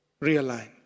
Realign